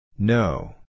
No